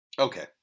Okay